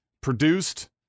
produced